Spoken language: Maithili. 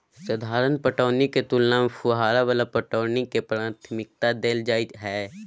साधारण पटौनी के तुलना में फुहारा वाला पटौनी के प्राथमिकता दैल जाय हय